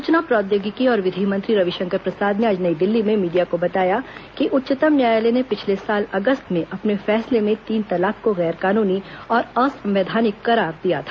सूचना प्रौद्योगिकी और विधि मंत्री रविशंकर प्रसाद ने आज नई दिल्ली में मीडिया को बताया कि उच्चतम न्यायालय ने पिछले साल अगस्त में अपने फैसले में तीन तलाक को गैर कानूनी और असंवैधानिक करार दिया था